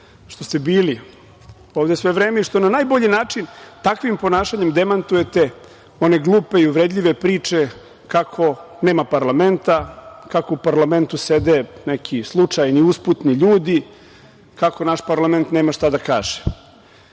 što ste bili ovde svo vreme i što na najbolji način takvim ponašanjem demantujete one glupe i uvredljive priče kako nema parlamenta, kako u parlamentu sede neki slučajni, usputni ljudi, kako naš parlament nema šta da kaže. Vi,